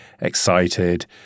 excited